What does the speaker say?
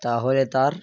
তাহলে তার